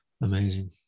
Amazing